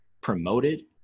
promoted